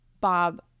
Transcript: Bob